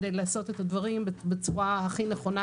כדי לעשות את הדברים בצורה הכי נכונה,